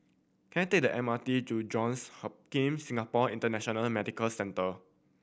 can I take the M R T to Johns Hopkin Singapore International Medical Centre